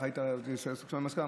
אתה היית עסוק שם עם המזכירה.